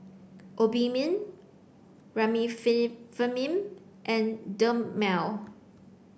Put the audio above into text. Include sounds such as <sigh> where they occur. Obimin <unintelligible> and Dermale